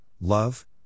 love